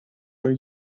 voor